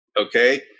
okay